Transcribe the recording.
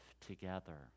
together